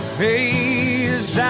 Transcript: face